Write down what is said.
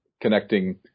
connecting